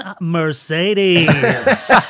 Mercedes